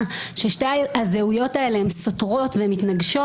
ששתי הזהויות האלה סותרות ומתנגשות.